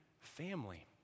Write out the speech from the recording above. family